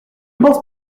pense